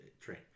train